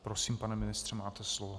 Prosím, pane ministře, máte slovo.